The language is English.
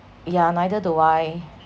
yeah neither do I